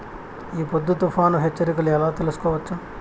ఈ పొద్దు తుఫాను హెచ్చరికలు ఎలా తెలుసుకోవచ్చు?